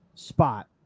Spot